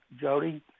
Jody